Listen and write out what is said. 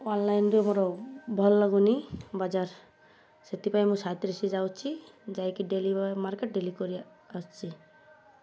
ଅନ୍ଲାଇନ୍ରେ ମୋର ଭଲ୍ ଲାଗୁନି ବଜାର ସେଥିପାଇଁ ମୁଁ ସାାଇତିରିଶ ଯାଉଛି ଯାଇକି ଡେଲି ମାର୍କେଟ୍ ଡେଲି କରି ଆସଛି